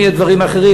אם יהיו דברים אחרים,